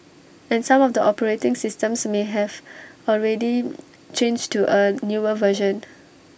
and some of the operating systems may have already changed to A newer version